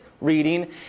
reading